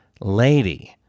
lady